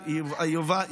מתי תביאו אותה?